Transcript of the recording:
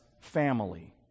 family